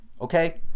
okay